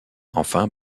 enfin